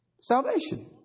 Salvation